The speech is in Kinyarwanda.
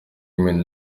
women